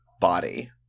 body